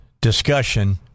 discussion